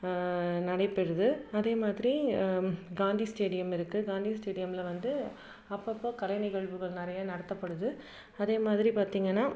நடைபெறுது அதேமாதிரி காந்தி ஸ்டேடியம் இருக்குது காந்தி ஸ்டேடியமில் வந்து அப்பப்போ கலை நிகழ்வுகள் நிறையா நடத்தப்படுது அதேமாதிரி பார்த்திங்கன்னா